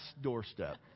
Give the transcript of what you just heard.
doorstep